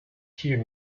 here